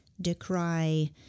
decry